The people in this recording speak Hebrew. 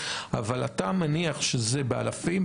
אבל אתה מניח שזה באלפים,